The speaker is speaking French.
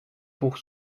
pour